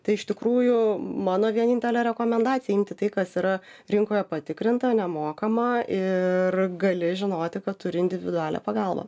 tai iš tikrųjų mano vienintelė rekomendacija imti tai kas yra rinkoje patikrinta nemokama ir gali žinoti kad turi individualią pagalbą